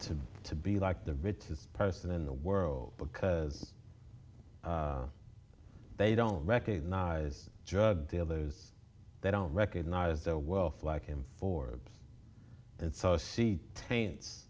be to be like the richest person in the world because they don't recognize judd the others they don't recognize their wealth like him for and so she taints